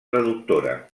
traductora